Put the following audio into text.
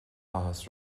áthas